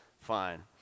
fine